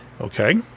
Okay